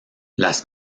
las